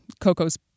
Coco's